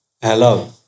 Hello